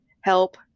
help